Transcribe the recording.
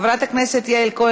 חבר הכנסת יהודה גליק,